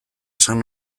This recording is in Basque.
esan